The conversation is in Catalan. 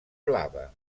blava